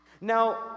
Now